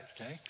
okay